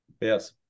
yes